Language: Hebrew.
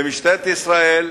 משטרת ישראל,